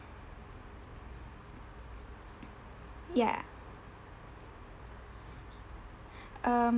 ya um